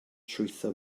trwytho